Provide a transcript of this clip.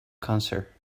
cancer